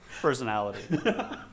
personality